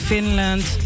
Finland